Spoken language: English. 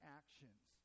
actions